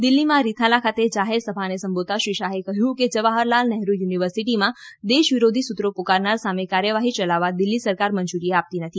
દિલ્ફીમાં રીથાલા ખાતે જાહેરસભાને સંબોધતાં શ્રી શાહે કહ્યું કે જવાહરલાલ નહેરૂ યુનિવર્સીટીમાં દેશ વિરોધી સૂત્રો પોકારનાર સામે કાર્યવાહી યલાવવા દિલ્હી સરકાર મંજુરી આપતી નથી